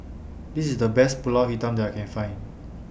This IS The Best Pulut Hitam that I Can Find